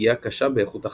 ופגיעה קשה באיכות החיים.